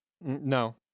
No